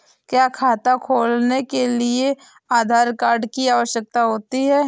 क्या खाता खोलने के लिए आधार कार्ड की आवश्यकता होती है?